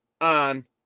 on